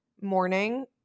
morning